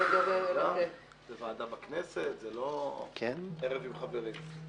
זה ועדה בכנסת, זה לא ערב עם חברים.